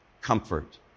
comfort